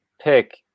pick